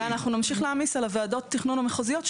ואנחנו נמשיך להעמיס על ועדות התכנון המחוזיות,